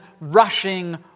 rushing